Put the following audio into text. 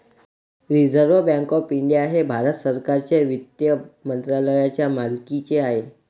reserve bank of India हे भारत सरकारच्या वित्त मंत्रालयाच्या मालकीचे आहे